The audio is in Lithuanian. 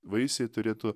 vaisiai turėtų